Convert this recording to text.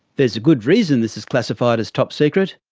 there's a good reason this is classified as top secret,